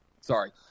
Sorry